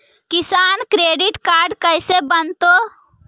किसान credit card कैसे बनतै?